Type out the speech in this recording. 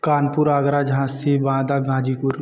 कानपुर आगरा झाँसी बादा गाज़ीपुर